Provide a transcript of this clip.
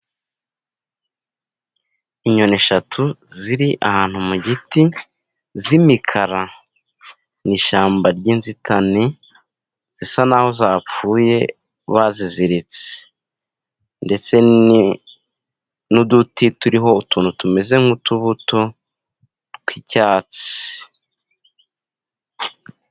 Inyoni eshatu ziri ahantu mu giti z' imikara mu ishyamba ry'inzitane ,zisa naho zapfuye baziziritse ndetse n'uduti turiho utuntu tumeze nk'utubuto tw'icyatsi.